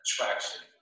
attraction